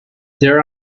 there